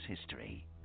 history